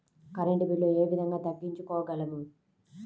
Current bill ఏ విధంగా తగ్గించుకోగలము?